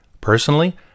Personally